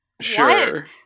Sure